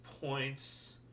points